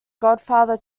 godfather